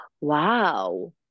wow